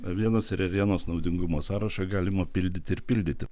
avienos ir ėrienos naudingumo sąrašą galima pildyti ir pildyti